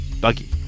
Buggy